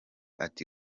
ati